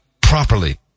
properly